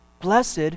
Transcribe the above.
blessed